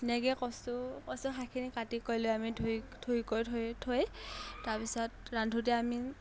ধুনীয়াকৈ কচু কচু শাকখিনি কাটি কৰি লৈ আমি ধুই ধুই কৰি থৈ থৈ তাৰপিছত ৰান্ধোতে আমি